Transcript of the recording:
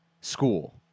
school